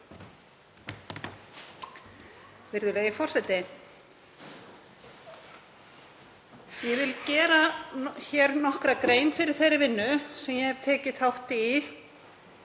Virðulegi forseti. Ég vil gera nokkra grein fyrir þeirri vinnu sem ég hef tekið þátt í